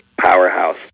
powerhouse